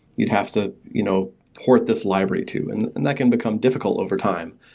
you'd have to you know port this library to, and and that can become difficult overtime.